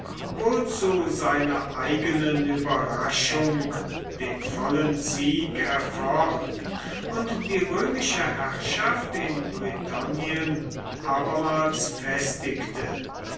zu seiner eigenen überraschung den vollen sieg erfocht und die römische herrschaft in britannien abermals festigte